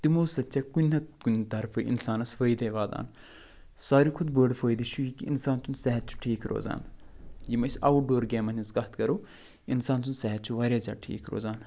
تِمَو سۭتۍ چھِ کُنہِ نَتہٕ کُنہِ طرفہٕ اِنسانَس فٲیِدٕے واتان سارِوی کھۄتہٕ بوٚڈ فٲیِدٕ چھُ یہِ کہ اِنسان سُنٛد صحت چھُ ٹھیٖک روزان یِم أسۍ اوٚٹ ڈور گیمَن ۂنٛز کَتھ کَرَو اِنسان سُنٛد صحت چھُ واریاہ زیادٕ ٹھیٖک روزان